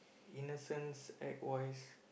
innocence act wise